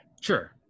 Sure